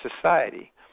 society